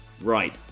Right